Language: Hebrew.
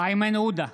איימן עודה,